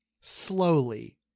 slowly